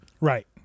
Right